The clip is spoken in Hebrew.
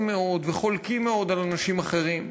מאוד וחולקים מאוד על אנשים אחרים.